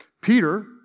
Peter